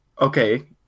Okay